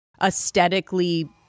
aesthetically